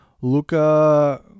Luca